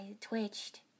twitched